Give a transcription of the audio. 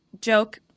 joke